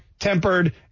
Tempered